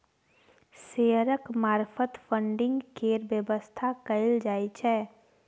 शेयरक मार्फत फडिंग केर बेबस्था कएल जाइ छै